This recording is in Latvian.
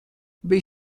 bija